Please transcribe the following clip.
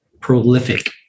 prolific